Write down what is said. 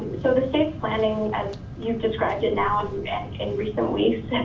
so the state's planning as you've described it now, in recent weeks,